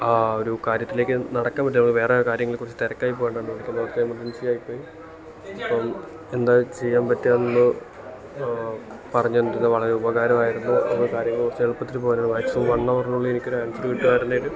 ഒരു കാര്യത്തിലേക്ക് നടക്ക പറ്റിയില്ല വേറെ കാര്യങ്ങളെക്കുറിച്ച് തിരക്കായി പോയോണ്ടാണ് എമാർജൻസിയായി പോയി അപ്പോള് എന്താ ചെയ്യാൻ പറ്റുകാന്ന് പറഞ്ഞു തന്നിരുന്നേൽ വളരെ ഉപകാരമായിരുന്നു അപ്പോള് കാര്യങ്ങള് കുറച്ച് എളുപ്പത്തില് പോകാനാണ് മാക്സിമം വൺ അവറിനുള്ളില് എനിക്കൊരു ആൻസര് കിട്ടുവായിരുന്നേല്